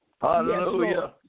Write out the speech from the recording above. Hallelujah